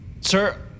Sir